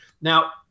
Now